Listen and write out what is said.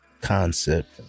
concept